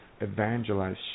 evangelize